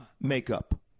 makeup